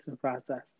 process